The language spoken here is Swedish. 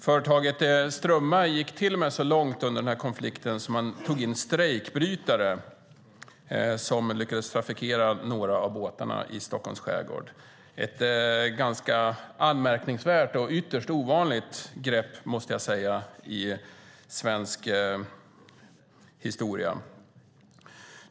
Företaget Strömma gick till och med så långt under denna konflikt att man tog in strejkbrytare och lyckades ha några båtar i Stockholms skärgård i trafik. Det var ett anmärkningsvärt och ytterst ovanligt grepp i svensk historia, måste jag säga.